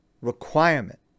requirement